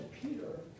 Peter